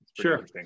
sure